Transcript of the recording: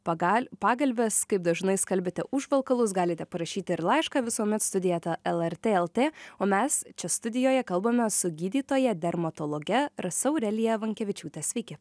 pagal pagalves kaip dažnai skalbiate užvalkalus galite parašyti ir laišką visuomet studija eta lrt lt o mes čia studijoje kalbamės su gydytoja dermatologe rasa aurelija vankevičiūte sveiki